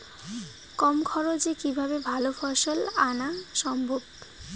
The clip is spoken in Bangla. কম খরচে কিভাবে ভালো ফলন আনা সম্ভব?